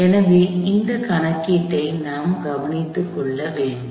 எனவே இந்த கணக்கீட்டை நான் கவனித்துக்கொள்ள வேண்டும்